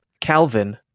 Calvin